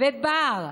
ובר,